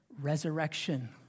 resurrection